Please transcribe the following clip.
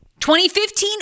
2015